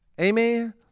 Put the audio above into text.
Amen